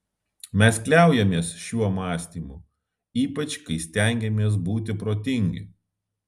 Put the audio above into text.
mes kliaujamės šiuo mąstymu ypač kai stengiamės būti protingi